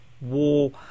war